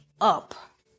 up